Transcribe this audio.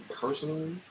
personally